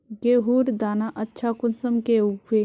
गेहूँर दाना अच्छा कुंसम के उगबे?